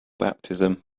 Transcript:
baptism